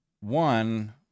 One